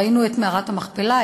ראינו את מערת המכפלה,